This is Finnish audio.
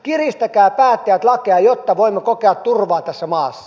kiristäkää päättäjät lakeja jotta voimme kokea turvaa tässä maassa